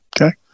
Okay